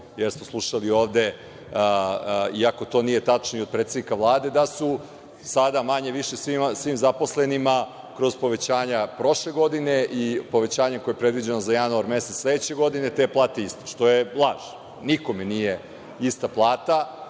smo ovde, iako to nije tačno, i od predsednika Vlade da su sada manje-više svim zaposlenima kroz povećanje prošle godine i povećanje koje je predviđeno za januar mesec sledeće godine te plate iste, što je laž. Nikome nije ista plata.